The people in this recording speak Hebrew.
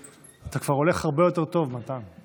אתה כבר הולך הרבה יותר טוב, מתן.